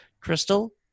Crystal